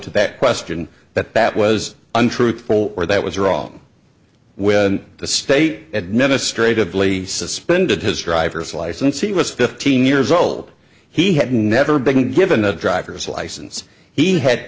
to that question but that was untruthful or that was wrong with the state administratively suspended his driver's license he was fifteen years old he had never been given a driver's license he had